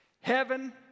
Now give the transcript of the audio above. heaven